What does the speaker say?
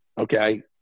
Okay